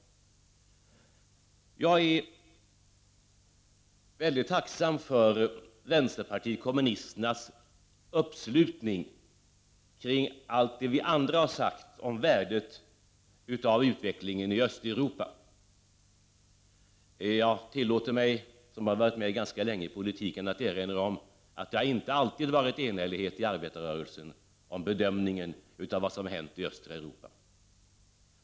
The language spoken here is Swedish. Jag är väldigt tacksam för vänsterpartiet kommunisternas uppslutning kring allt det som vi andra har sagt om värdet av utvecklingen i Östeuropa. Jag tillåter mig — jag har ju varit med ganska länge i politiken — att erinra om att det inte alltid har varit enhällighet inom arbetarrörelsen i fråga om Prot. 1989/90:35 bedömningen av vad som har hänt i östra Europa.